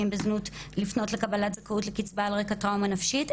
בזנות לפנות לקבלת זכאות לקצבה על רקע טראומה נפשית,